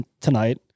tonight